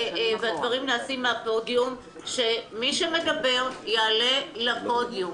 מהפודיום כך שמי שמדבר יעלה לפודיום.